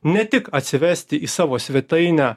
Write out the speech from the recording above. ne tik atsivesti į savo svetainę